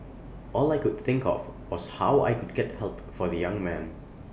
all I could think of was how I could get help for the young man